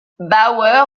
bauer